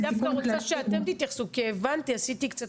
אני דווקא רוצה שאתם תתייחסו כי עשיתי קצת